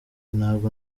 ntabwo